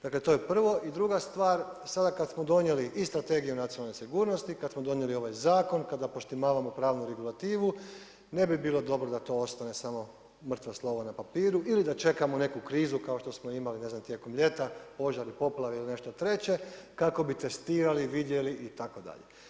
Dakle, to je prvo i druga stvar, sada kada smo donijeli i strategije nacionalne sigurnosti, kada smo donijeli ovaj zakon, kada ga postizavamo pravnu regulativu, ne bi bilo dobro da to ostaje samo mrtvo slovo na papiru, ili da čekamo neku krizu kao što smo imali, ne znam tijekom ljeta, požar ili poplave ili nešto treće, kako bi testirali, vidjeli itd.